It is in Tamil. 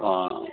ஆ